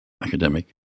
academic